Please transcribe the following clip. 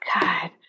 god